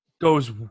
goes